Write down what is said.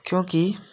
क्योंकि